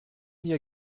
dir